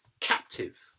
captive